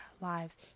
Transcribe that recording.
lives